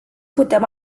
putem